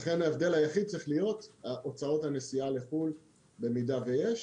לכן ההבדל היחיד צריך להיות הוצאות הנסיעה לחו"ל במידה ויש.